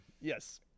Yes